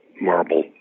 marble